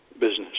business